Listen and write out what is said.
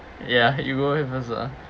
ya you go ahead first lah